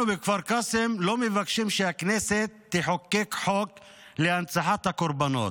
אנחנו בכפר קאסם לא מבקשים שהכנסת תחוקק חוק להנצחת הקורבנות.